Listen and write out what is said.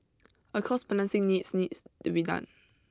a cost balancing needs needs to be done